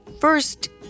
first